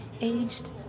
aged